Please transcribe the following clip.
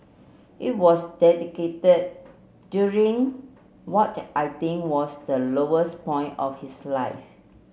it was dedicated during what I think was the lowest point of his life